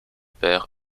père